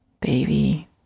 baby